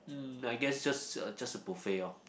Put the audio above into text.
mm I guess just a just a buffet lor